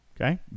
Okay